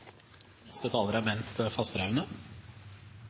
Neste taler er